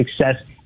success